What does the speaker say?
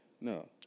No